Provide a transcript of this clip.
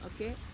okay